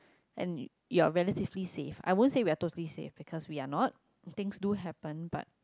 and you are relatively safe I won't say we are totally safe because we are not things too happen but